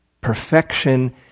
Perfection